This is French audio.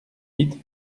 huit